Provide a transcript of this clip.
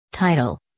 Title